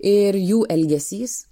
ir jų elgesys